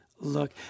look